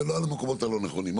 ולא על המקומות הלא נכונים,